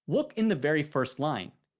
look in the very first line.